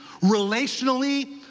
relationally